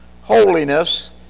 holiness